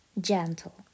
gentle